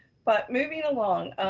but moving along.